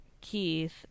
Keith